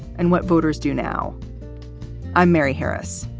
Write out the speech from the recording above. and what voters do now i'm mary harris.